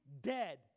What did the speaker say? dead